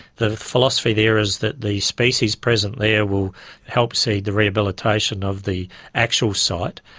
the philosophy there is that the species present there will help seed the rehabilitation of the actual site.